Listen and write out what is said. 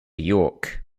york